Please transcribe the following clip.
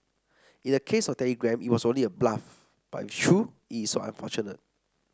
in the case of Telegram it was only a bluff but if true it is so unfortunate